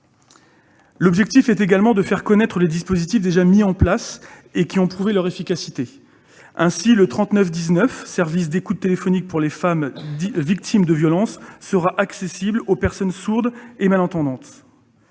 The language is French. L'objectif est également de faire connaître des dispositifs déjà mis en place et qui ont prouvé leur efficacité. Ainsi, le 3919, service d'écoute téléphonique pour les femmes victimes de violences, sera accessible aux personnes sourdes et malentendantes.